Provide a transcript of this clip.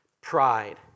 pride